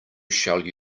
shall